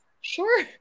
sure